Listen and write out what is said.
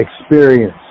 experience